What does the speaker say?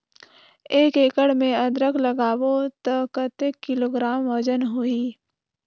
एक एकड़ मे अदरक लगाबो त कतेक किलोग्राम वजन होही?